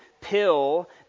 pill